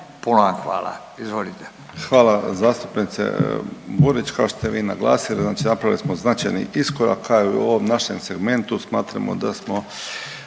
Tomislav (HDZ)** Hvala zastupnice Burić. Kao što ste vi naglasili, znači napravili smo značajni iskorak, kao i ovom našem segmentu, smatramo da smo